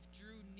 drew